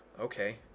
okay